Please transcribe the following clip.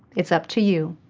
it's up to you.